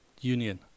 union